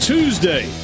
Tuesday